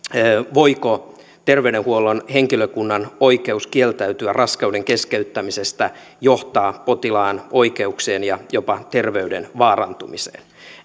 voiko terveydenhuollon henkilökunnan oikeus kieltäytyä raskauden keskeyttämisestä johtaa potilaan oikeuksien ja jopa terveyden vaarantumiseen